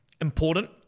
important